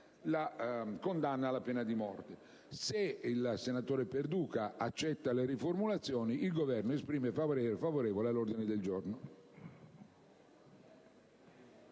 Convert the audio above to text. la condanna alla pena di morte. Se il senatore Perduca accetta la riformulazione proposta, il Governo esprime parere favorevole sull'ordine del giorno.